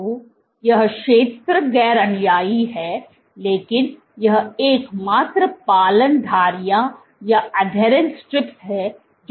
तो यह क्षेत्र गैर अनुयायी है लेकिन यह एकमात्र पालन धारियां है जो सेल देखता है